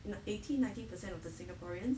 you know eighty ninety percent of the singaporean